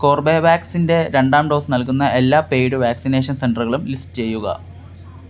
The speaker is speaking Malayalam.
കോർബെവാക്സിൻറ്റെ രണ്ടാം ഡോസ് നൽകുന്ന എല്ലാ പെയ്ഡ് വാക്സിനേഷൻ സെൻറ്ററുകളും ലിസ്റ്റ് ചെയ്യുക